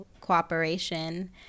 cooperation